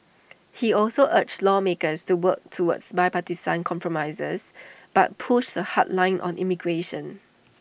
he also urged lawmakers to work toward bipartisan compromises but pushed A hard line on immigration